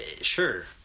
sure